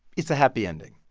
it's a happy ending.